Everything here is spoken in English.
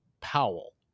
Powell